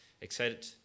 excited